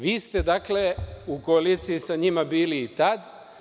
Vi ste, dakle, u koaliciji sa njima bili i tad.